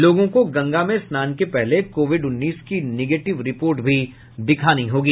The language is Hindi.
लोगों को गंगा में स्नान के पहले कोविड उन्नीस की निगेटिव रिपोर्ट भी दिखानी होगी